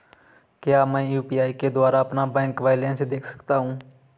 क्या मैं यू.पी.आई के द्वारा अपना बैंक बैलेंस देख सकता हूँ?